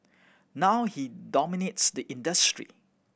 now he dominates the industry